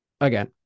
again